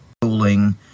cooling